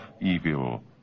evil